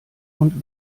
und